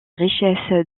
richesse